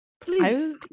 please